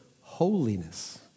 holiness